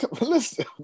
Listen